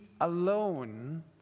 alone